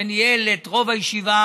ניהל את רוב הישיבה